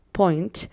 point